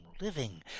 living